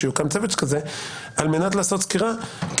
שיוקם צוות כזה על מנת לעשות סקירה כי